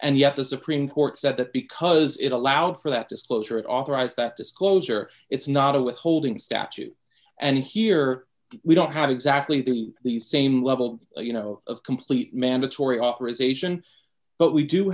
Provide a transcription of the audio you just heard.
and yet the supreme court said that because it allowed for that disclosure it authorized that disclosure it's not a withholding statute and here we don't have exactly the same level you know of complete mandatory authorization but we do